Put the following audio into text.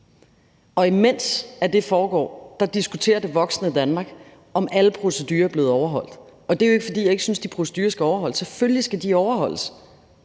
og imens det foregår, diskuterer det voksne Danmark, om alle procedurer er blevet overholdt. Det er jo ikke, fordi jeg ikke synes, de procedurer skal overholdes, for selvfølgelig skal de overholdes,